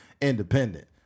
independent